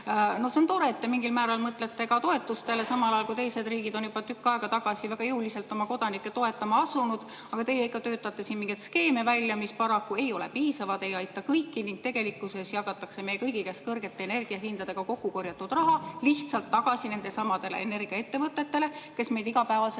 No see on tore, et te mingil määral mõtlete toetustele. Samas teised riigid on juba tükk aega tagasi väga jõuliselt oma kodanikke toetama asunud, aga teie ikka töötate siin välja mingeid skeeme, mis paraku ei ole piisavad, ei aita kõiki. Ning tegelikult jagatakse meie kõigi käest kõrgete energiahindadega kokku korjatud raha lihtsalt tagasi nendelesamadele energiaettevõtetele, kes meid igapäevaselt